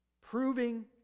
proving